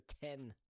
ten